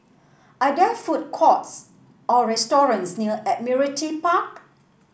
are there food courts or restaurants near Admiralty Park